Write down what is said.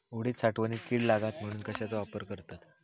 उडीद साठवणीत कीड लागात म्हणून कश्याचो वापर करतत?